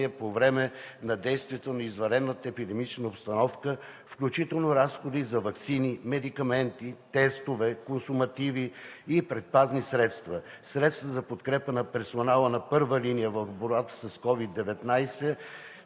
по време на действията на извънредната епидемична обстановка, включително разходи за ваксини, медикаменти, тестове, консумативи и предпазни средства. Средства за подкрепа на персонала на първа линия в борбата с COVID-19